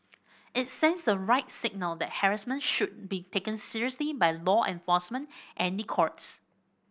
it sends the right signal that harassment should be taken seriously by law enforcement and the courts